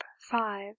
five